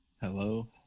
Hello